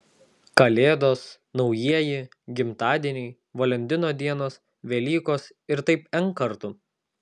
kalėdos naujieji gimtadieniai valentino dienos velykos ir taip n kartų